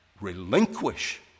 relinquish